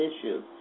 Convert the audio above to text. issues